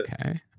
okay